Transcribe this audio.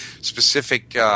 specific